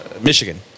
Michigan